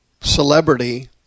celebrity